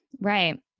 right